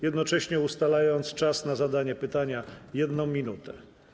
Jednocześnie ustalam czas na zadanie pytania - 1 minuta.